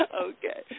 Okay